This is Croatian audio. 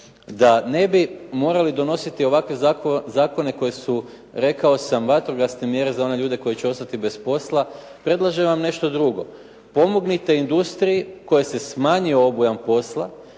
da ne bi morali donositi ovakve zakone koji su rekao sam vatrogasne mjere za one ljude koji će ostati bez posla predlažem vam nešto drugo. Pomognite industriji kojoj se smanjio obujam posla